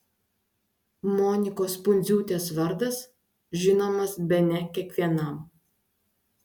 monikos pundziūtės vardas žinomas bene kiekvienam